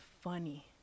funny